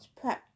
prep